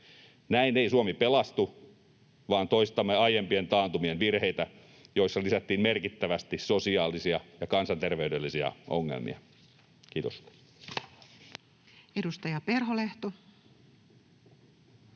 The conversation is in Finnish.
Näin ei Suomi pelastu, vaan toistamme aiempien taantumien virheitä, joilla lisättiin merkittävästi sosiaalisia ja kansanterveydellisiä ongelmia. — Kiitos.